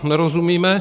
Nerozumíme.